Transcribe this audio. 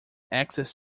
access